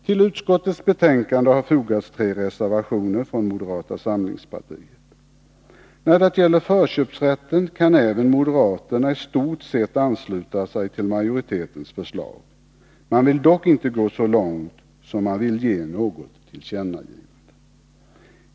Till utskottets betänkande har fogats tre reservationer från moderata samlingspartiet. När det gäller förköpsrätten kan även moderaterna i stort sett ansluta sig till majoritetens förslag. De vill dock inte gå så långt att de vill ge något tillkännagivande.